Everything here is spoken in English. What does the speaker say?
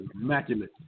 immaculate